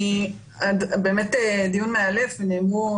באמת דיון מאלף, נאמרו